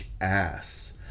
ass